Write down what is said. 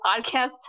podcast